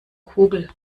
kugel